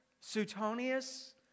Suetonius